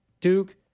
Duke